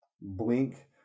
Blink